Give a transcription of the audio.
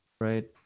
right